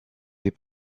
des